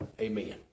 amen